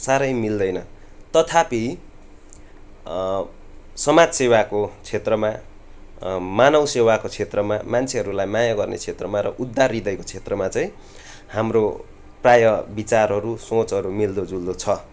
साह्रै मिल्दैन तथापि समाजसेवाको क्षेत्रमा मानवसेवाको क्षेत्रमा मान्छेहरूलाई माया गर्ने क्षेत्रमा र उद्धार हृदयको क्षेत्रमा चाहिँ हाम्रो प्रायः विचारहरू सोचहरू मिल्दोजुल्दो छ